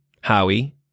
Howie